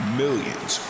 millions